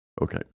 Okay